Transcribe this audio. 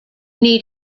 need